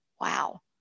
Wow